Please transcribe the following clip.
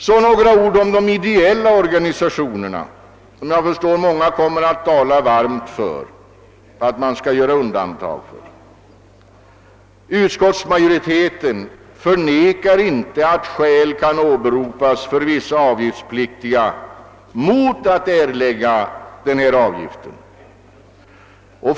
Så några ord om de ideella organisationerna, eftersom jag förstår att många varmt kommer att tala för att undantag göres för dessa. Utskottsmajoriteten förnekar inte att skäl kan åberopas för undantag från erläggandet av denna avgift för vissa avgiftspliktiga.